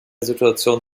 situation